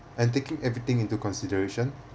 and taking everything into consideration